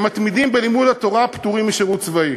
שמתמידים בלימוד התורה פטורים משירות צבאי.